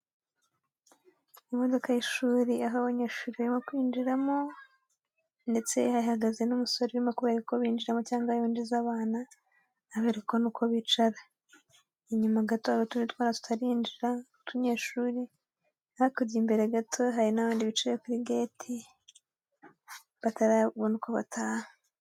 Imodoka y'ishuri aho abanyeshuri bari kwinjiramo ndetse ihahagaze n'umusore urimo kubera ko binjiramo cyangwa yinjiza abana abereka n'uko bicara, inyuma gato hari utundi twana tutarinjira tw'utunyeshuri, hakurya imbere gato hari n'abandi bicaye kuri geti batarabona uko bataha.